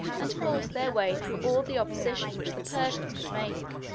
and force their way through all the opposition which the persians could make.